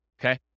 okay